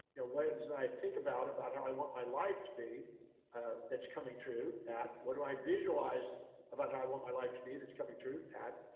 yeah i think about, about how i want my life to be that's coming true? that. what do i visualize about how i want my life to be that's coming true? that.